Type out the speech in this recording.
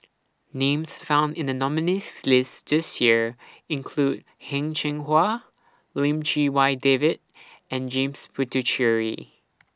Names found in The nominees' list This Year include Heng Cheng Hwa Lim Chee Wai David and James Puthucheary